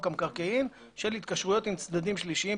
המקרקעין של התקשרויות עם צדדים שלישיים,